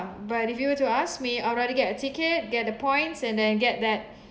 but if you were to ask me I would rather get a ticket get the points and then get that